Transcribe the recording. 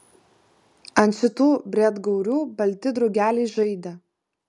ant šitų briedgaurių balti drugeliai žaidė